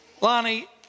Lonnie